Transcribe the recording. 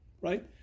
Right